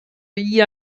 ihr